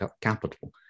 capital